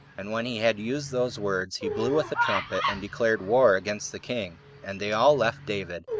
and when he had used those words, he blew with a trumpet, and declared war against the king and they all left david,